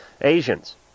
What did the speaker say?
Asians